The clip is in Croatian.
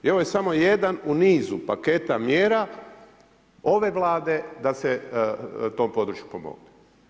I ovo je samo jedan u nizu paketa mjera ove Vlade da se tom području pomogne.